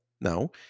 no